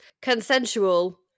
Consensual